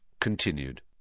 Continued